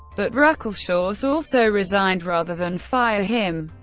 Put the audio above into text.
but ruckelshaus also resigned rather than fire him.